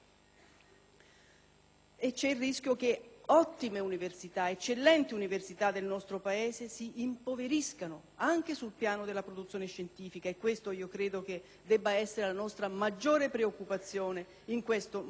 C'è il rischio che ottime università, eccellenti università del nostro Paese si impoveriscano anche sul piano della produzione scientifica e questa credo che debba essere la nostra maggiore preoccupazione in questo momento.